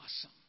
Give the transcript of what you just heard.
awesome